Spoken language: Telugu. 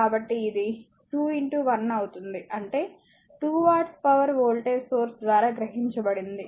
కాబట్టి ఇది 2 1 అవుతుంది అంటే 2 వాట్స్ పవర్ వోల్టేజ్ సోర్స్ ద్వారా గ్రహించబడుతుంది